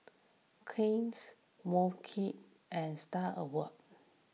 Cliniques and Star Awards